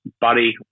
Buddy